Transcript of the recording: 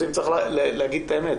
צריך להגיד את האמת,